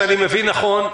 אם אני מבין נכון,